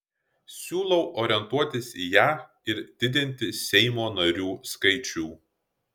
siūlau orientuotis į ją ir didinti seimo narių skaičių